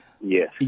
yes